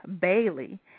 Bailey